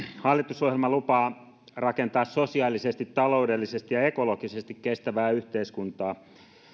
hallitusohjelma lupaa rakentaa sosiaalisesti taloudellisesti ja ekologisesti kestävää yhteiskuntaa